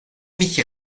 mich